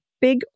big